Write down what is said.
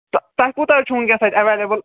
تۄہہِ کوٗتاہ چھُو وُنکیٚس اَتہِ ایٚویلیبُل